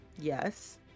Yes